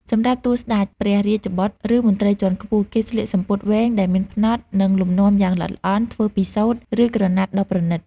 សម្រាប់តួស្តេច ព្រះរាជបុត្រ ឬមន្ត្រីជាន់ខ្ពស់ គេស្លៀកសំពត់វែងដែលមានផ្នត់ និងលំនាំយ៉ាងល្អិតល្អន់ធ្វើពីសូត្រ ឬក្រណាត់ដ៏ប្រណីត។